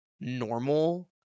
normal